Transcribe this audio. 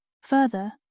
Further